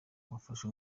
wafashe